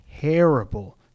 terrible